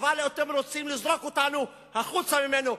אבל אתם רוצים לזרוק אותנו החוצה מפה.